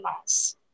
mass